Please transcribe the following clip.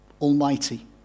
Almighty